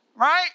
Right